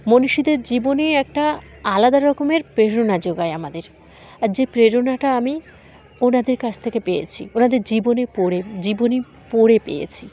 মনীষীদের জীবনে একটা আলাদা রকমের প্রেরণা যোগায় আমাদের আর যে প্রেরণাটা আমি ওনাদের কাছ থেকে পেয়েছি ওনাদের জীবনে পড়ে জীবনী পড়ে পেয়েছি